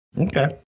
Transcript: Okay